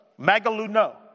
magaluno